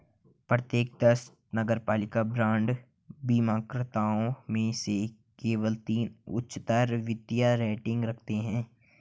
प्रत्येक दस नगरपालिका बांड बीमाकर्ताओं में से केवल तीन उच्चतर वित्तीय रेटिंग रखते हैं